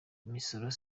imisoro